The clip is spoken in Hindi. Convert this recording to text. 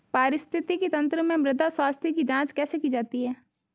पारिस्थितिकी तंत्र में मृदा स्वास्थ्य की जांच कैसे की जाती है?